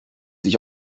sich